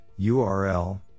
url